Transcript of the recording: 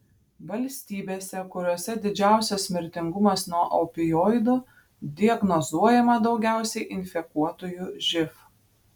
valstybėse kuriose didžiausias mirtingumas nuo opioidų diagnozuojama daugiausiai infekuotųjų živ